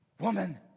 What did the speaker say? Woman